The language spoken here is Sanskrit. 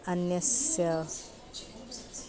अन्यस्य